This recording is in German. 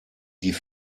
die